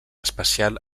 especial